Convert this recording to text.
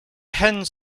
hens